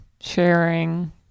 Sharing